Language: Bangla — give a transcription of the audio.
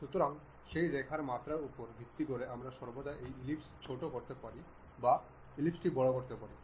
সুতরাং সেই রেখার মাত্রার উপর ভিত্তি করে আমরা সর্বদা এই এলিপ্সকে ছোট করতে পারি বা এলিপ্সটি বড় করতে পারি